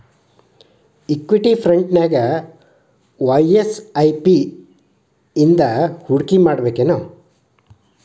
Equity ಫ್ರಂಟ್ನ್ಯಾಗ ವಾಯ SIP ನಿಂದಾ ಹೂಡ್ಕಿಮಾಡ್ಬೆಕೇನು?